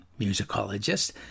musicologist